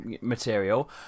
material